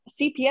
CPS